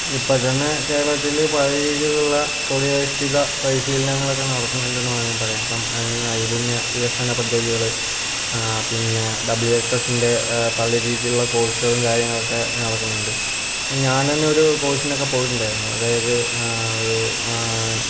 ഇപ്പോൾ തന്നെ കേരളത്തിൽ പല രീതിയിലുള്ള തൊഴിലധിഷ്ഠിത പരിശീലനങ്ങളൊക്കെ നടക്കണുണ്ടെന്ന് വേണമെങ്കിൽ പറയാം ഇപ്പോൾ നൈപുണ്യ വികസന പദ്ധതികൾ ആ പിന്നെ ഡബ്ല്യൂ എസ് എസിൻ്റെ പല രീതിയിലുള്ള കോഴ്സുകളും കാര്യങ്ങളുമൊക്കെ നടക്കണുണ്ട് ഇപ്പോൾ ഞാൻ തന്നെ ഒരു കോഴ്സിനൊക്കെ പോയിട്ടുണ്ടായിരുന്നു അതായത് ഒരു